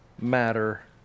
matter